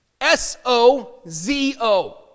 S-O-Z-O